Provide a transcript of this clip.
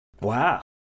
wow